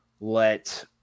let